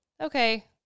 okay